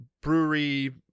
brewery